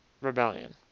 rebellion